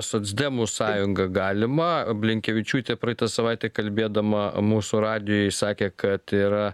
socdemų sąjunga galima blinkevičiūtė praeitą savaitę kalbėdama mūsų radijui sakė kad yra